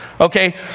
okay